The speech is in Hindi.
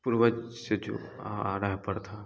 पूर्वज से जो आ रहा है प्रथा